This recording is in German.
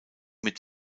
mit